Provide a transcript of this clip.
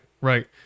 Right